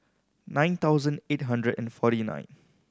nine thousand eight hundred and forty nine